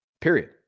period